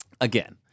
again